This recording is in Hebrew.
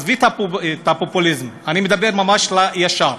עזבי את הפופוליזם, אני מדבר ממש ישר.